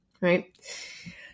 right